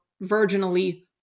virginally